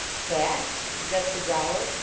cat? suggested rollo,